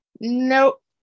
Nope